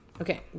Okay